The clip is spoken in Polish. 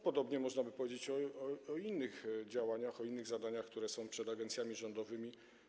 Podobnie można by powiedzieć o innych działaniach, innych zadaniach, które są przed agencjami rządowymi.